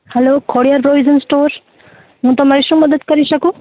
hello Khodiyar provision stall હું તમારી શું મદદ કરી સકું